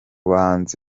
bahanzi